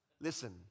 listen